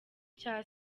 cya